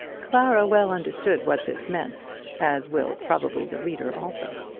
clara well understood what this meant, as will, probably, the reader also.